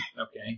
okay